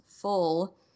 full